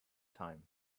time